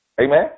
Amen